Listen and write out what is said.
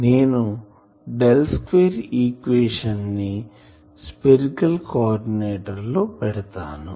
నేను del square equation ని spherical coordinate లో పెడతాను